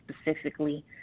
specifically